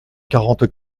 quarante